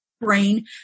brain